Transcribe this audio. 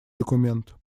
документ